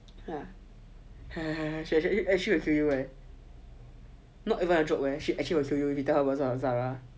she actually will kill you eh not even a joke she actually will kill you tell her first ah zara